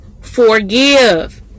forgive